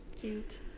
cute